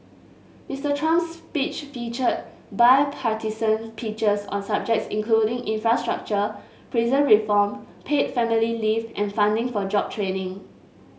Mister Trump's speech featured bipartisan pitches on subjects including infrastructure prison reform paid family leave and funding for job training